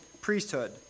priesthood